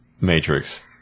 Matrix